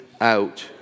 out